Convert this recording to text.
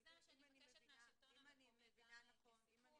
וזה מה שאני מבקשת מהשלטון המקומי -- אם אני